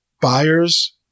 buyers